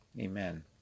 Amen